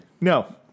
No